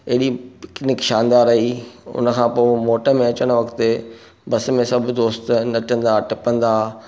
एॾी पिकनिक शानदारु रही उनखां पोइ मोट में अचणु वक़्तु बस में सभु दोस्त नचंदा टपंदा